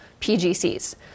PGCs